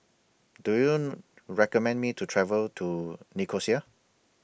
Do YOU recommend Me to travel to Nicosia